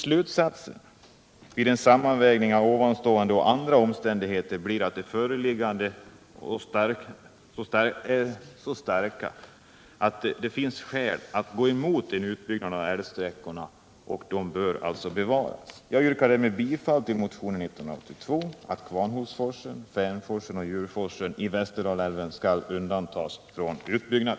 Slutsatsen vid en sammanvägning av dessa och andra omständigheter blir att det finns starka skäl att gå emot en utbyggnad. Älvsträckan bör alltså bevaras. Jag yrkar därmed bifall till motionen 182, innebärande att Kvarnholsforsen, Fänforsen och Djurforsen i Västerdalälven undantas från utbyggnad.